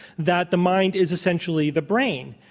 that the mind is essentially the brain?